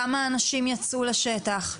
כמה אנשים יצאו לשטח?